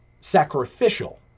sacrificial